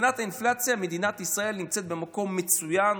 שמבחינת האינפלציה מדינת ישראל נמצאת במקום מצוין,